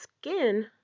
skin